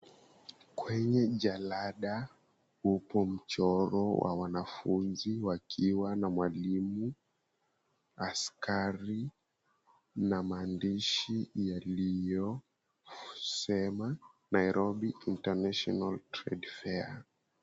Kwenye jalada upo mchoro wa wanafunzi wakiwa na mwalimu, askari na maandishi yaliyosema, Nairobi International Trade Fair.